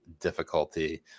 difficulty